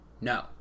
No